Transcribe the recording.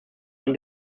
man